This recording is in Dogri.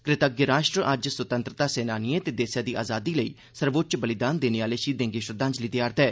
कृतज्ञ राष्ट्र अज्ज स्वतंत्रता सेनानिए ते देसै दी आजादी लेई सर्वोच्च बलिदान देने आह्ले शहीदें गी श्रद्धांजलि देआ'रदा ऐ